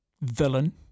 villain